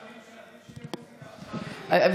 מוזיקה,